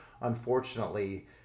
unfortunately